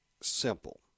simple